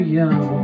young